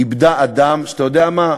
איבדה אדם, אתה יודע מה?